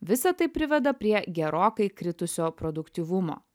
visa tai priveda prie gerokai kritusio produktyvumo